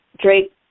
Drake